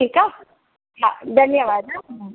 ठीकु आहे हा धन्यवाद हा हा